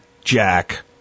Jack